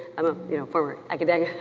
i'm a you know former academic,